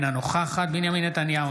אינה נוכחת בנימין נתניהו,